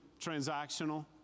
transactional